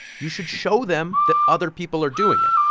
you should show them that other people are doing it.